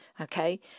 Okay